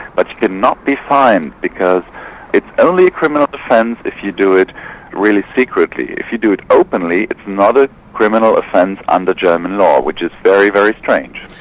but you cannot be fined because it's only a criminal offence if you do it really secretly. if you do it openly, it's not a criminal offence under german law, which is very, very strange.